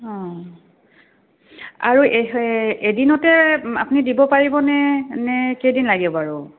অঁ আৰু এদিনতে আপুনি দিব পাৰিবনে নে কেইদিন লাগে বাৰু